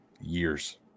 years